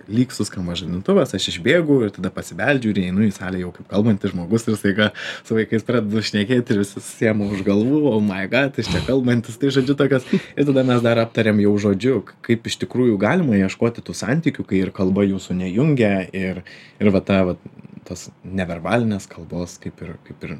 lyg suskamba žadintuvas aš išbėgu ir tada pasibeldžiu ir įeinu į salę jau kaip kalbantis žmogus ir staiga su vaikais pradedu šnekėti ir visi susiėma už galvų oh my god jis čia kalbantis tai žodžiu tokios ir tada mes dar aptarėm jau žodžiu k kaip iš tikrųjų galima ieškoti tų santykių kai ir kalba jūsų nejungia ir ir va tą vat tas neverbalinės kalbos kaip ir kaip ir